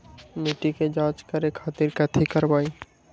मिट्टी के जाँच करे खातिर कैथी करवाई?